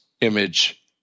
image